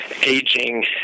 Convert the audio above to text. Aging